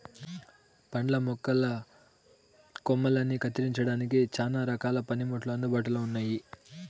పండ్ల మొక్కల కొమ్మలని కత్తిరించడానికి చానా రకాల పనిముట్లు అందుబాటులో ఉన్నయి